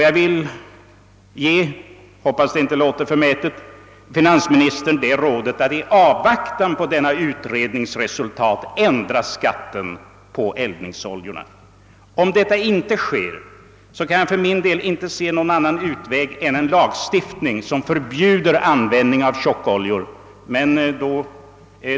Jag vill ge finansministern det rådet — jag hoppas att det inte låter förmätet — att i avvaktan på denna utrednings resultat ändra skatten på eldningsoljorna. Om detta inte sker, kan jag för min del inte se någon annan utväg än en lagstiftning som förbjuder användning av tjockoljor.